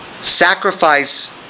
Sacrifice